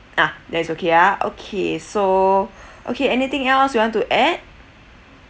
ah then it's okay ah okay so okay anything else you want to add